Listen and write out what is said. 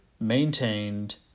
maintained